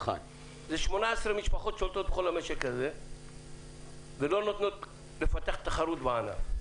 18 משפחות שולטות בכל המשק הזה ולא נותנות לפתח תחרות בענף.